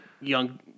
Young